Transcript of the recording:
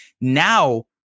now